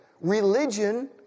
religion